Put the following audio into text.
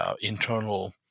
internal